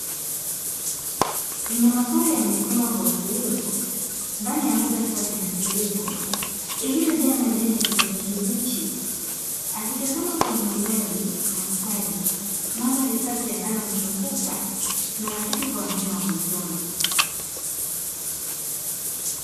Mnyamapori amesimama kwa utulivu, ndani ya mbuga safi na tulivu. Iliyojaa majani ya kijani kibichi, akitazama kwa umaridadi na ustadi, mandhari safi yanayomzunguka, na rafiki kwa wanyama wa mwituni.